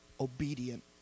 obedient